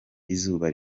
izuba